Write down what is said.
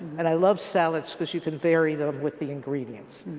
and i love salads cause you can vary them with the ingredients.